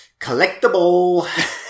collectible